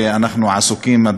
שאנחנו עסוקים בה,